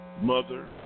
Mother